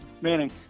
Manning